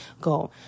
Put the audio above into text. Go